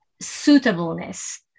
suitableness